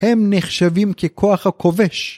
הם נחשבים ככוח הכובש.